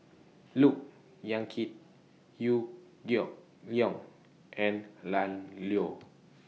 Look Yan Kit Liew Geok Leong and Lan Loy